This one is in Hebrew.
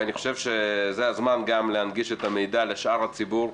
ואני חושב שזה הזמן גם להנגיש את המידע לשאר הציבור,